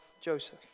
Joseph